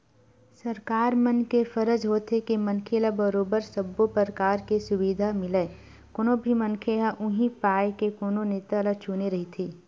सरकार मन के फरज होथे के मनखे ल बरोबर सब्बो परकार के सुबिधा मिलय कोनो भी मनखे ह उहीं पाय के कोनो नेता ल चुने रहिथे